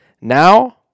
Now